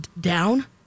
down